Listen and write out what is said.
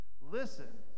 Listen